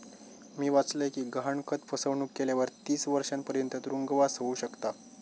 मी वाचलय कि गहाणखत फसवणुक केल्यावर तीस वर्षांपर्यंत तुरुंगवास होउ शकता